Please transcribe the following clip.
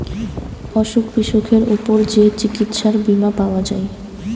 অসুখ বিসুখের উপর যে চিকিৎসার বীমা পাওয়া যায়